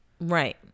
Right